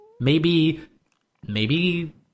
Maybe—maybe—